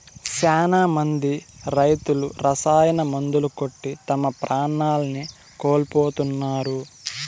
శ్యానా మంది రైతులు రసాయన మందులు కొట్టి తమ ప్రాణాల్ని కోల్పోతున్నారు